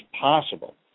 possible